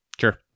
sure